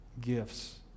gifts